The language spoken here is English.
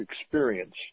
experience